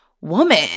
woman